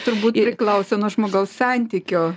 turbūt priklauso nuo žmogaus santykio